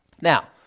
Now